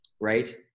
Right